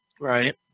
Right